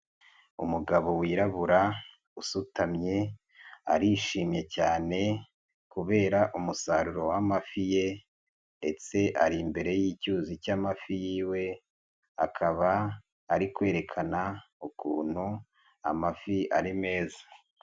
Umugabo wirabura usutamye, arishimye cyane kubera umusaruro w'amafi ye, ndetse ari imbere y'icyuzi cy'amafi yiwe, akaba ari kwerekana ukuntu amafi ari meza.